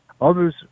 Others